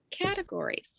categories